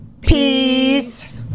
peace